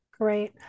Great